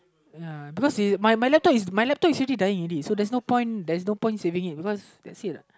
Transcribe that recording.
ya because my laptop is already my laptop is already dying already so there is no point there is not point saving it because that's it lah